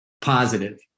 positive